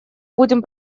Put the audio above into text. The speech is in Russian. будем